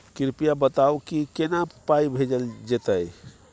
कृपया बताऊ की केना पाई भेजल जेतै?